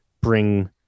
bring